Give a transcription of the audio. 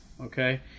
okay